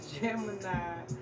Gemini